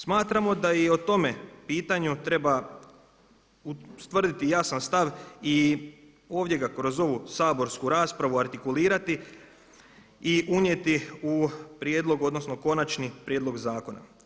Smatramo da je i o tome pitanju treba ustvrditi jasan stav i ovdje ga kroz ovu saborsku raspravu artikulirati i unijeti u prijedlog odnosno konačni prijedlog zakona.